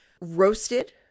roasted